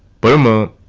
belmont,